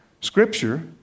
scripture